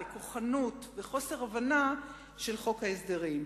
לכוחנות ולחוסר הבנה של חוק ההסדרים.